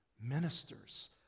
ministers